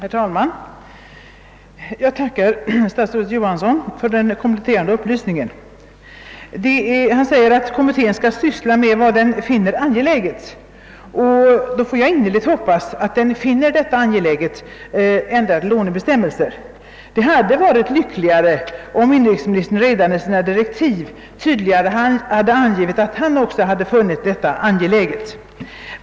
Herr talman! Jag tackar statsrådet Johansson för den kompletterande upplysningen. Han säger att kommittén skall ägna sig åt vad den finner vara angeläget, och jag får då innerligt hoppas att den finner ändrade lånebestämmelser vara angelägna. Det hade varit lyckligt om inrikesministern redan i sina direktiv tydligare hade angivit att han också funnit detta vara angeläget.